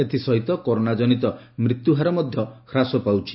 ଏଥିସହିତ କରୋନା କନିତ ମୃତ୍ୟୁହାର ମଧ୍ୟ ହ୍ରାସ ପାଉଛି